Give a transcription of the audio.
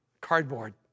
cardboard